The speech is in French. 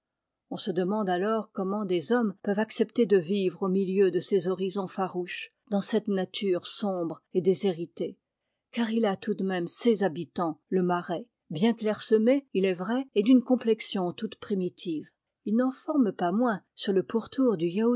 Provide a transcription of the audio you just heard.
on se demande comment des hommes peuvent accepter de vivre au milieu de ces horizons farouches dans cette nature sombre et déshéritée car il a tout de même ses habitants le marais bien clairsemés il est vrai et d'une complexion toute primitive ils n'en forment pas moins sur le pourtour du